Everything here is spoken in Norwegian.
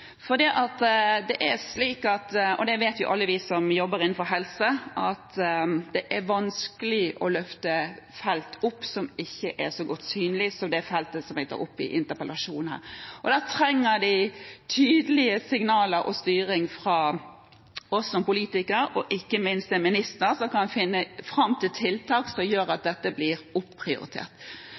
For det er – og det vet alle vi som jobber innenfor helse – vanskelig å løfte opp felt som ikke er så synlige, som det feltet som jeg tar opp i denne interpellasjonen. Og da trenger de tydelige signaler og styring fra oss politikere og ikke minst fra en minister, som kan finne fram til tiltak som gjør at dette blir